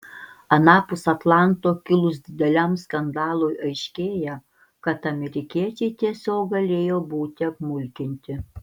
anapus atlanto kilus dideliam skandalui aiškėja kad amerikiečiai tiesiog galėjo būti apmulkinti